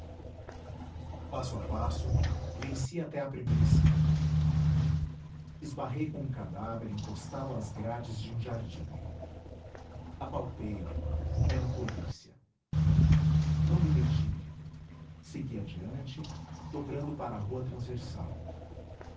passo a passo venci até à primeira esquina esbarrei com um cadáver encostado às grades de um jardim apalpei o era um polícia não me detive segui adiante dobrando para a rua transversal